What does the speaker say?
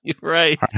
Right